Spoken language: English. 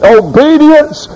obedience